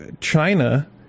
china